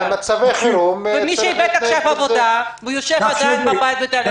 ומי שאיבד עכשיו עבודה ויושב עדיין בבית?